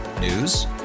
News